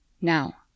Now